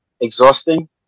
exhausting